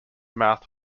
mouth